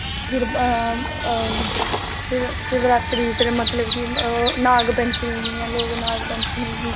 फिर फिर शिवरात्री फिर मतलव की नागपंचमी जियां लोग नागपंचमी गी